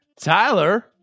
Tyler